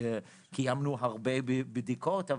קיימנו הרבה בדיקות,